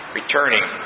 returning